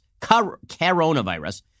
coronavirus